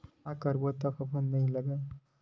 का करबो त फफूंद नहीं लगय?